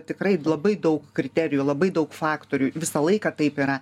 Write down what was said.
tikrai labai daug kriterijų labai daug faktorių visą laiką taip yra